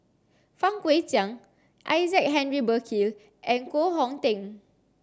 Fang Guixiang Isaac Henry Burkill and Koh Hong Teng